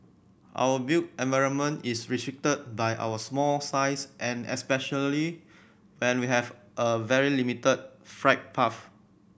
our built environment is restricted by our small size and especially when we have a very limited flight path